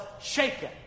shaken